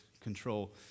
control